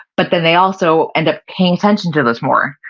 but then they also end up paying attention to those more.